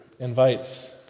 invites